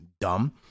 dumb